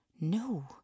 No